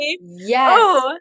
Yes